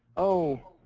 oh,